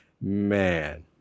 Man